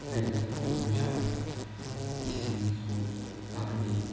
ꯂꯩꯕꯗ ꯈꯨꯗꯣꯡ ꯆꯥꯕꯁꯦ ꯏꯁꯤꯡꯁꯨ ꯑꯃꯗꯤ